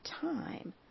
time